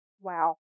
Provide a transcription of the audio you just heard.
Wow